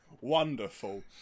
Wonderful